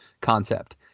concept